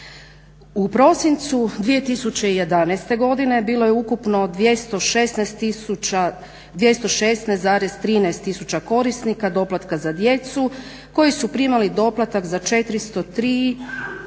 U prosincu 2011. godine bilo je ukupno 216,13 tisuća korisnika doplatka za djecu koji su primali doplatak za 403 tisuće